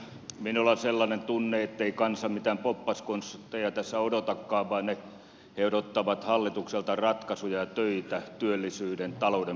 minulla on sellainen tunne ettei kansa mitään poppaskonsteja tässä odotakaan vaan he odottavat hallitukselta ratkaisuja ja töitä työllisyyden talouden parantamiseksi